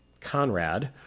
Conrad